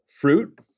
fruit